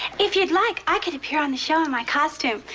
if you'd like, i could appear on the show in my costume.